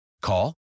Call